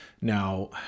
Now